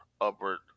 upward